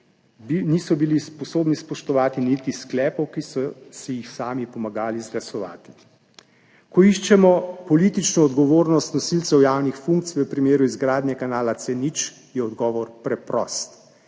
niso bili sposobni spoštovati niti sklepov, ki so jih sami pomagali izglasovati. Ko iščemo politično odgovornost nosilcev javnih funkcij v primeru izgradnje kanala C0, je odgovor preprost